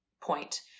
point